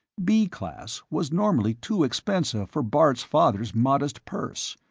b class was normally too expensive for bart's father's modest purse.